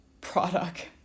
product